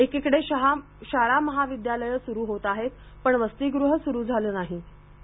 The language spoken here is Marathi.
एकीकडे शाळा महाविद्यालये स्रु होत आहेत पण वसतिगृह स्रु झाले नाहीत